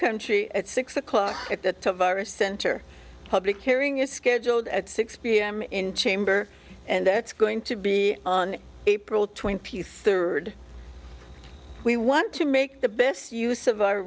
country at six o'clock at the virus center public hearing is scheduled at six pm in chamber and it's going to be on april twenty third we want to make the best use of our